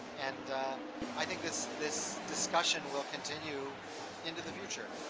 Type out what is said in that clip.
and i think this this discussion will continue into the future.